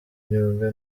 imyuga